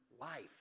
life